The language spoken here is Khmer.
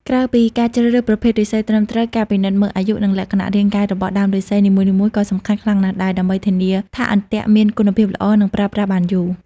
ក្រៅពីការជ្រើសរើសប្រភេទឫស្សីត្រឹមត្រូវ ការពិនិត្យមើលអាយុនិងលក្ខណៈរាងកាយរបស់ដើមឫស្សីនីមួយៗក៏សំខាន់ខ្លាំងណាស់ដែរ ដើម្បីធានាថាអន្ទាក់មានគុណភាពល្អនិងប្រើប្រាស់បានយូរ។